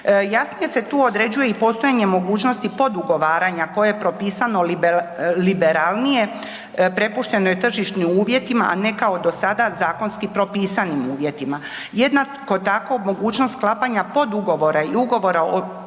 Jasnije se tu određuje i postojanje mogućnosti pod ugovaranja koje je propisano liberalnije prepušteno je tržišnim uvjetima, a ne kao sada zakonski propisanim uvjetima. Jednako tako mogućnost sklapanja podugovora i ugovora o